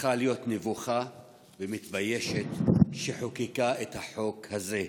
צריכה להיות נבוכה ומבוישת שחוקקה את החוק הזה,